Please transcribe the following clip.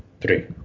Three